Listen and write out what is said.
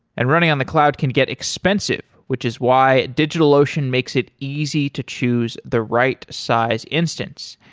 and running on the cloud can get expensive, which is why digitalocean makes it easy to choose the right size instance,